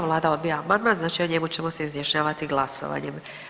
Vlada odbija amandman, znači o njemu ćemo se izjašnjavati glasovanjem.